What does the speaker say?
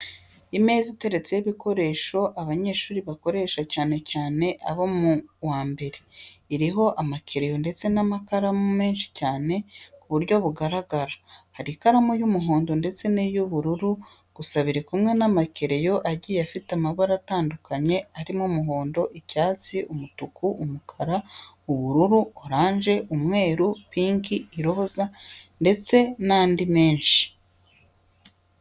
Imeza iteretseho ibikoresho abanyeshuri bakoresha, cyane cyane abo mu wa mbere, iriho amakereyo ndetse n'amakaramu menshi cyane ku buryo bugaragara. Hari ikaramu y'umuhondo ndetse n'iy'uburu, gusa biri kumwe n'amakereyo agiye afite amabara atandukanye arimo umuhondo, icyatsi, umutuku, umukara, ubururu, oranje, umweru, pinki, iroza ndetse n'andi menshi cyane.